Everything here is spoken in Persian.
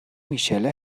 میشله